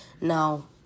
Now